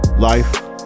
Life